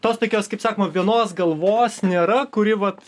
tos tokios kaip sakoma vienos galvos nėra kuri vat